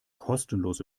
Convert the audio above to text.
kostenlos